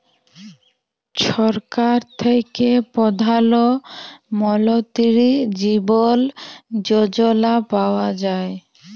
ছরকার থ্যাইকে পধাল মলতিরি জীবল যজলা পাউয়া যায়